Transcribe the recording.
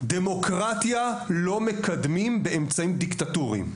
דמוקרטיה לא מקדמים באמצעים דיקטטורים,